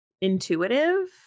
intuitive